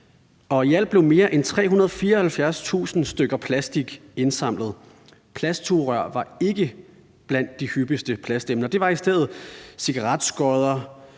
i alt blev mere end 374.000 stykker plastik indsamlet, og plastsugerør var ikke blandt de hyppigste plastemner, men det var i stedet cigaretskodder,